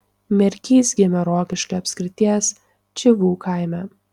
merkys gimė rokiškio apskrities čivų kaime